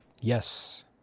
Yes